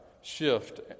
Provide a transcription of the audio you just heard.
shift